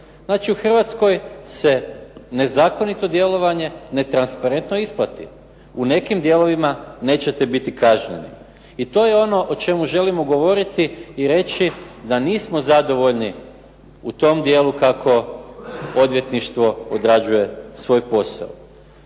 Znači u Hrvatskoj se nezakonito djelovanje, netransparentno isplati. U nekim dijelovima nećete biti kažnjeni i to je ono o čemu želimo govoriti i reći da nismo zadovoljni u tom dijelu kako odvjetništvo odrađuje svoj posao.